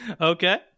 Okay